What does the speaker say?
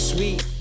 Sweet